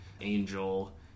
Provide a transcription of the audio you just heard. Angel